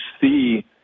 see